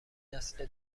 نسل